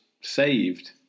saved